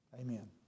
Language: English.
Amen